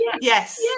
Yes